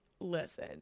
Listen